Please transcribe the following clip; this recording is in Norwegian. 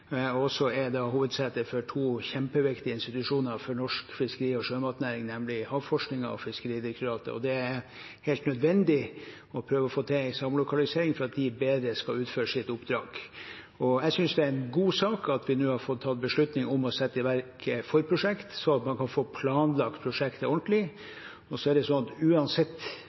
og hovedsete for to kjempeviktige institusjoner for norsk fiskeri- og sjømatnæring, nemlig Havforskningsinstituttet og Fiskeridirektoratet. Det er helt nødvendig å prøve å få til en samlokalisering for at de bedre skal utføre sitt oppdrag. Jeg synes det er en god sak at vi nå har tatt beslutning om å sette i verk forprosjekt, så man kan få planlagt prosjektet ordentlig. Så er det sånn at uansett